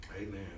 Amen